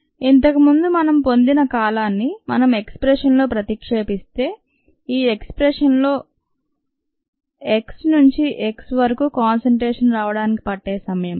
303kd xv0xv ఇంతకు ముందు మనం పొందిన కాలాన్ని మనం ఎక్స్ ప్రెషన్ లో ప్రతిక్షేపిస్తే ఈ ఎక్స్ ప్రెషన్ లో ఎక్స్ నుంచి x వరకు కాన్సంట్రేషన్ రావడానికి పట్టే సమయం